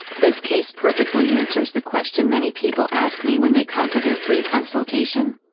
this case perfectly answers the question many people ask me when they come for their free consultation.